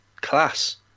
class